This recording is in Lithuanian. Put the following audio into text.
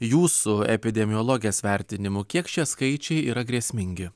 jūsų epidemiologės vertinimu kiek šie skaičiai yra grėsmingi